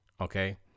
Okay